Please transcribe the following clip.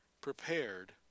prepared